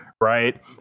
Right